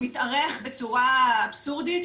מתארך בצורה אבסורדית,